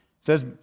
Says